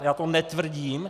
Já to netvrdím.